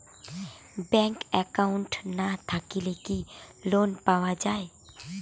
Bank account না থাকিলে কি লোন পাওয়া য়ায়?